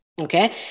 Okay